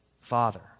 father